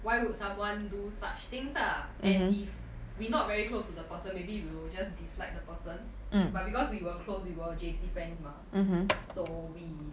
why would someone do such things ah and if we not very close to the person maybe we will just dislike the person but because we were close we were J_C friends mah so we